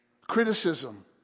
criticism